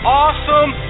awesome